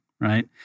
Right